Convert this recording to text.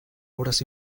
obras